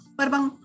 Parang